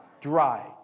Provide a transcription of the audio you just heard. Dry